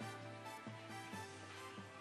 אל